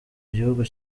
gihugu